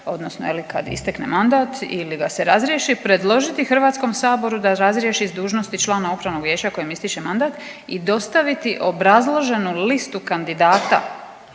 odnosno je li kad istekne mandat ili ga se razriješi predložiti Hrvatskom saboru da razriješi s dužnosti člana Upravnog vijeća kojem istječe mandat i dostaviti obrazloženu listu kandidata.